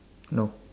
no